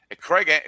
Craig